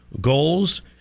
goals